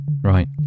right